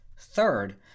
Third